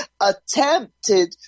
attempted